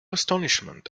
astonishment